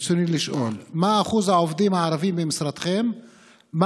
רצוני לשאול: 1. מה אחוז העובדים בני האוכלוסייה הערבית במשרדכם?